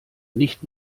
nicht